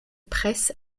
presse